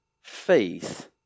faith